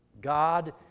God